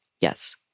Yes